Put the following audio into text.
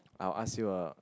I'll ask you a